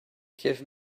give